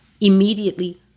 immediately